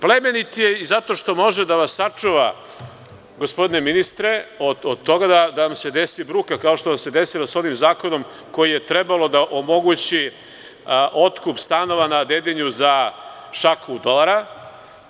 Plemenit je i zato što može da vas sačuva, gospodine ministre, od toga da vam se desi bruka, kao što vam se desila sa onim zakonom koji je trebalo da omogući otkup stanova na Dedinju za šaku dolara.